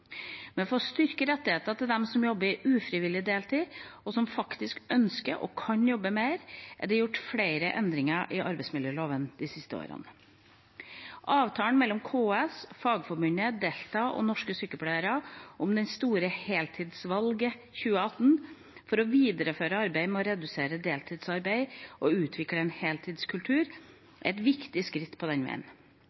Men for å styrke rettighetene til dem som jobber «ufrivillig deltid», og som faktisk ønsker og kan jobbe mer, er det gjort flere endringer i arbeidsmiljøloven de siste årene. Avtalen mellom KS, Fagforbundet, Delta og Norsk Sykepleierforbund om Det store heltidsvalget 2018, for å videreføre arbeidet med å redusere deltidsarbeid og utvikle en heltidskultur,